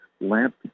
lamp